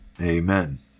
Amen